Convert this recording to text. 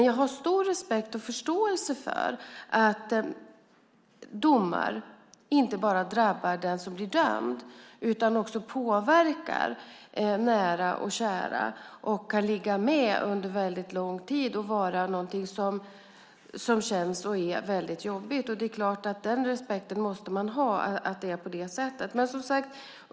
Jag har stor respekt och förståelse för att domar inte bara drabbat den som blir dömd utan också påverkar nära och kära. Det kan ligga med under väldigt lång tid och vara någonting som känns och är väldigt jobbigt. Man måste ha respekt för att det är på det sättet.